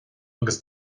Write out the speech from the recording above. agus